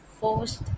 first